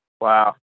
Wow